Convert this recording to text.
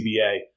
CBA